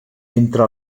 entre